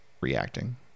reacting